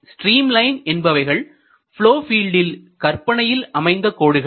stream line என்பவைகள் flow ஃபீல்டில் கற்பனையில் அமைந்த கோடுகள்